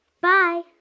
Bye